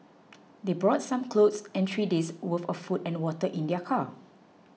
they brought some clothes and three days' worth of food and water in their car